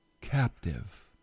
captive